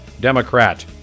Democrat